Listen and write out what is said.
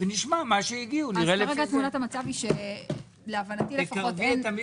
ונשמע למה הגיעו, נראה לפי זה.